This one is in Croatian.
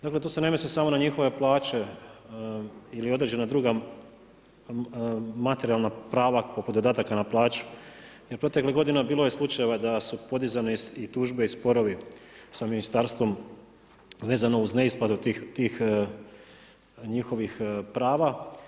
Dakle tu se ne misli samo na njihove plaće ili određena druga materijalna prava poput dodataka na plaću jer proteklih godina bilo je slučajeva da su podizane i tužbe i sporovi sa ministarstvom vezano uz neisplatu tih njihovih prava.